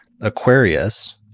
Aquarius